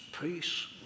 peace